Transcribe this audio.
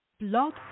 Blog